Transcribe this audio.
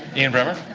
ian bremmer?